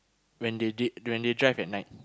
when they did when they drive at night